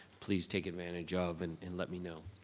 please take advantage of and and let me know.